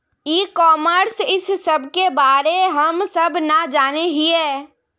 ई commerce इस सब के बारे हम सब ना जाने हीये?